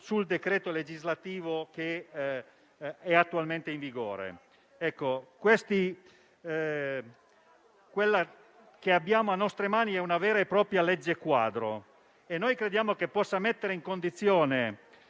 il decreto legislativo attualmente in vigore. Abbiamo nelle nostre mani una vera e propria legge quadro e noi crediamo che possa mettere in condizione